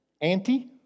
anti-